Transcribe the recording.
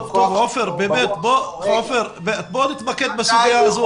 בוא נתמקד בסוגיה.